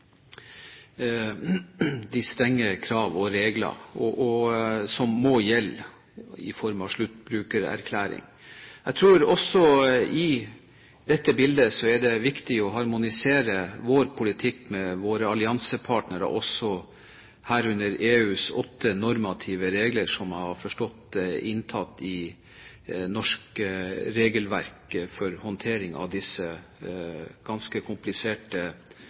de strenge krav og regler som må gjelde i forbindelse med sluttbrukererklæring. Jeg tror at også i dette bildet er det viktig å harmonisere vår politikk med våre alliansepartnere, herunder også EUs åtte normative regler, som jeg har forstått er inntatt i norsk regelverk for håndtering av disse ganske kompliserte